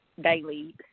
daily